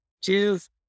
Cheers